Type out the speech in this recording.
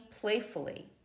playfully